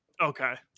Okay